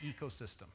ecosystem